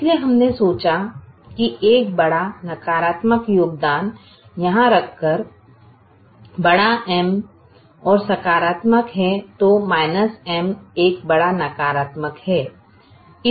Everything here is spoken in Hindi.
इसलिए हमने सोचा कि एक बड़ा नकारात्मक योगदान यहाँ रखकर बड़ा M बड़ा और सकारात्मक है तो M एक बड़ा नकारात्मक है